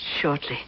shortly